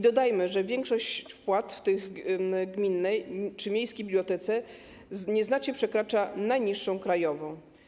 Dodajmy, że większość wypłat w gminnej czy miejskiej bibliotece nieznacznie przekracza najniższą krajową.